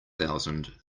thousand